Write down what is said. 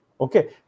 Okay